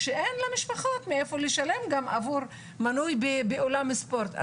שאין למשפחות מאיפה לשלם גם עבור מנוי באולם ספורט.